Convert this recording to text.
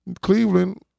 Cleveland